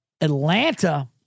Atlanta